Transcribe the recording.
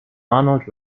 arnold